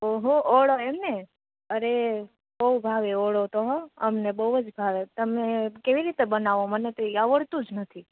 ઓહો ઓળો એમને અરે બઉ ભાવે ઓળો તો હો અમને બઉઅજ ભાવે તમને કેવી રીતે બનાવો મને તો ઇ આવળતુંજ નથી